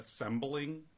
assembling